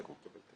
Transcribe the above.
יש חוק.